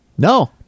No